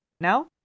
no